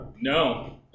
No